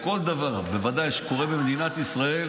לכל דבר שקורה במדינת ישראל,